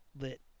lit